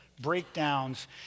breakdowns